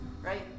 right